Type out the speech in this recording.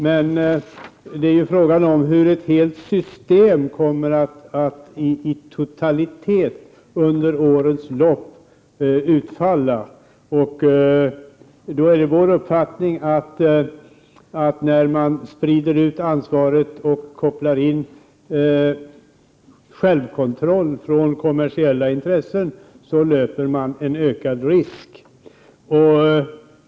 Men frågan är ju hur ett helt system i totalitet under årens lopp kommer att utfalla. Vår uppfattning är att när man sprider ut ansvaret och kopplar in självkontroll från kommersiella intressen löper man en ökad risk.